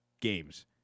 games